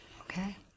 Okay